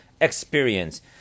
experience